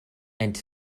and